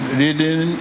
reading